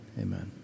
Amen